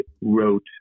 wrote